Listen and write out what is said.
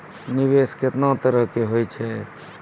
निवेश केतना तरह के होय छै?